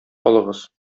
калыгыз